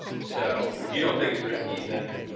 so if you don't think it's risky, then.